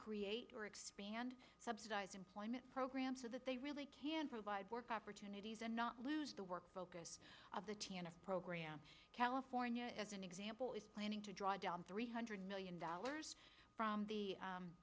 create or expand subsidize employment programs so that they really can provide work opportunities and not lose the work focus of the program california as an example is planning to draw down three hundred million dollars from the